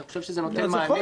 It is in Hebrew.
אתה חושב שזה נותן מענה?